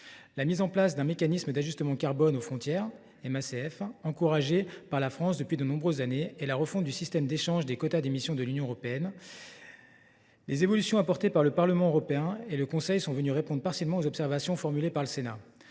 la mise en place d’un mécanisme d’ajustement carbone aux frontières (MACF), encouragée par la France depuis de nombreuses années, et la refonte du système d’échange de quotas d’émission de l’Union européenne (Seqe UE). Les évolutions apportées par le Parlement européen et par le Conseil sont venues répondre partiellement aux observations formulées par le Sénat,